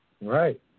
Right